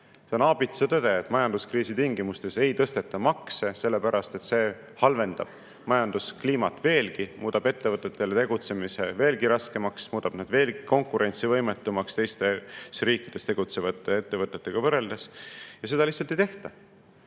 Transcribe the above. See on aabitsatõde, et majanduskriisi tingimustes ei tõsteta makse, sellepärast et see halvendab majanduskliimat veelgi, muudab ettevõtetele tegutsemise veelgi raskemaks, muudab need veel konkurentsivõimetumaks võrreldes teistes riikides tegutsevate ettevõtetega. Seda lihtsalt ei tehta.